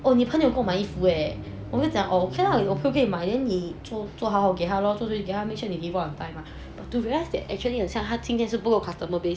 oh 你朋友跟我买 leh 我跟他讲 okay okay okay lah 你做你做好好给他 make sure you give her on time lah but to be honest 他今天是不够 customer base